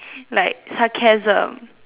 like sarcasm